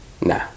Nah